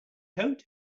coat